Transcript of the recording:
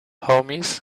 homies